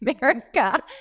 America